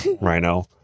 rhino